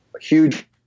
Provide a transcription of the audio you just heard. huge